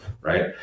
Right